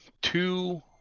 two